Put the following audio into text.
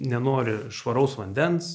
nenori švaraus vandens